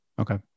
Okay